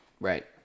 Right